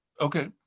Okay